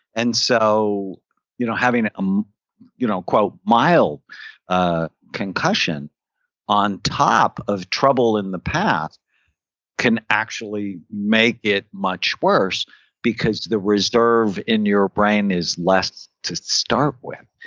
and so you know having um you know a mild ah concussion on top of trouble in the past can actually make it much worse because the reserve in your brain is less to start with.